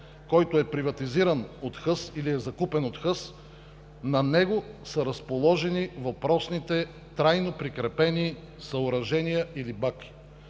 който е приватизиран от „Хъс“ или е закупен от „Хъс“, на него са разположени въпросните трайно прикрепени съоръжения или баки.